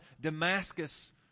Damascus